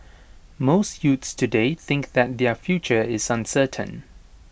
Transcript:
most youths today think that their future is uncertain